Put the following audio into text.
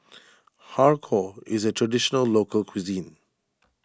Har Kow is a Traditional Local Cuisine